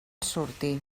sortir